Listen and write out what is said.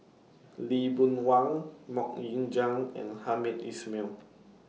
Lee Boon Wang Mok Ying Jang and Hamed Ismail